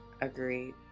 Agreed